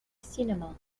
السينما